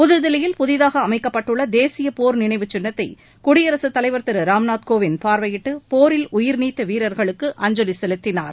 புதுதில்லியில் புதிதாக அமைக்கப்பட்டுள்ள தேசிய போர் நினைவுச் சின்னத்தை குடியரசு தலைவர் திரு ராம் நாத் கோவிந்த் பார்வையிட்டு போரில் உயிர்நீத்த வீரர்களுக்கு அஞ்சலி செலுத்தினார்